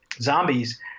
zombies